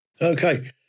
Okay